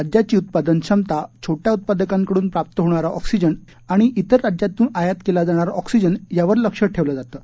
राज्याची उत्पादन क्षमता छोट्या उत्पादकांकडून प्राप्त होणारा ऑक्सिजन आणि इतर राज्यातून आयात केला जाणारा ऑक्सिजन यावर लक्ष ठेवलं जातं